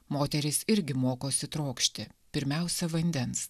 moterys irgi mokosi trokšti pirmiausia vandens